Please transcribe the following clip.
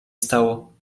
stało